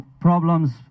problems